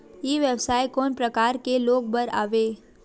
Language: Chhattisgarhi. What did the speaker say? ई व्यवसाय कोन प्रकार के लोग बर आवे?